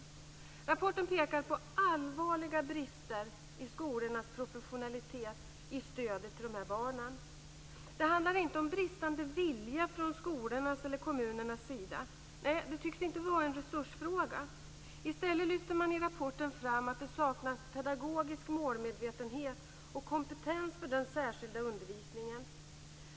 I rapporten pekas det på allvarliga brister i skolornas professionalitet i stödet till de här barnen. Det handlar inte om en bristande vilja från skolornas eller kommunernas sida. Nej, det tycks inte vara en resursfråga. I stället lyfter man i rapporten fram att det saknas pedagogisk målmedvetenhet och kompetens för den särskilda undervisningen.